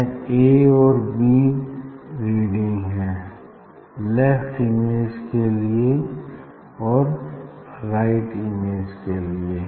यह ए और B reading है लेफ्ट इमेज के लिए और राइट इमेज के लिए